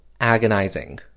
agonizing